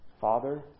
Father